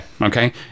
Okay